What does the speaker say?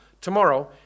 Tomorrow